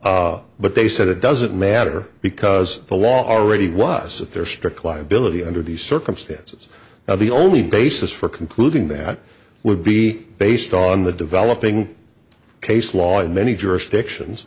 time but they said it doesn't matter because the law already was that there are strict liability under these circumstances now the only basis for concluding that would be based on the developing case law in many jurisdictions